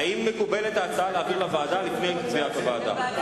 האם מקובלת ההצעה להעביר לוועדה, כספים.